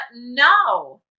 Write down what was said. no